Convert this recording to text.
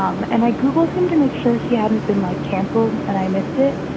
um and i googled him to make sure he hadn't been my castle and i missed it.